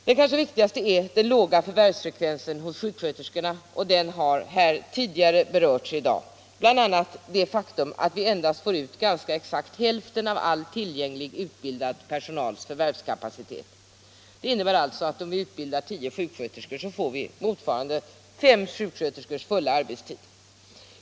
Det kanske viktigaste är den låga förvärvsfrekvensen hos sjuksköterskorna — den har berörts här tidigare i dag —- bl.a. det faktum att vi endast får ut ganska exakt hälften av all tillgänglig utbildad personals förvärvskapacitet. Det innebär alltså att om vi utbildar tio sjuksköterskor får vi en kapacitet motsvarande fem sjuksköterskors fulla arbetstid.